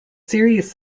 serious